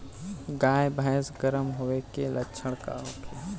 गाय भैंस गर्म होय के लक्षण का होखे?